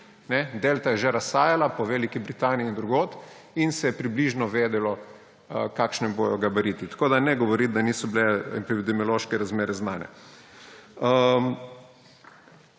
Delta je že razhajala po Veliki Britaniji in drugod in se je približno vedelo, kakšni gabariti bodo, tako da ne govoriti, da epidemiološke razmere niso